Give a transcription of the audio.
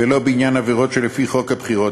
ולא בעניין עבירות שלפי חוק הבחירות.